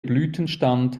blütenstand